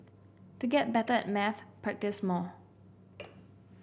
to get better at maths practise more